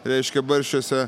reiškia barščiuose